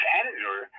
editor